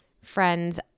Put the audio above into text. friends